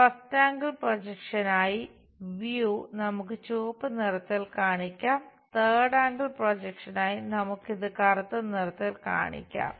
front view നമുക്ക് ഇത് കറുത്ത നിറത്തിൽ കാണിക്കാം